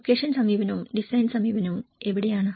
location സമീപനവും design സമീപനവും എവിടെയാണ്